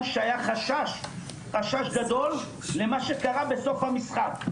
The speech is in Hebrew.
שהיה חשש גדול למה שקרה בסוף המשחק,